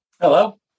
Hello